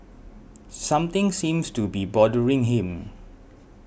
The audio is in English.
something seems to be bothering him